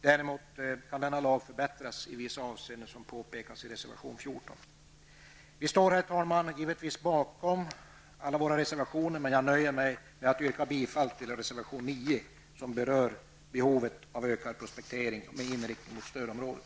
Däremot kan denna lag förbättras i vissa avseenden, vilket påpekas i reservation 14. Vi står, herr talman, givetvis bakom våra reservationer, men jag nöjer mig med att yrka bifall till reservation 9, som berör behovet av ökad prospektering med inriktning mot stödområdet.